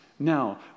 Now